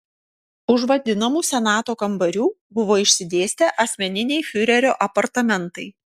už vadinamų senato kambarių buvo išsidėstę asmeniniai fiurerio apartamentai